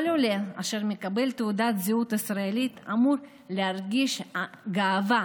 כל עולה אשר מקבל תעודת זהות ישראלית אמור להרגיש גאווה